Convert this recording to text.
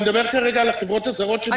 אני מדבר כרגע על החברות הזרות שמחזיקות